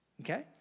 Okay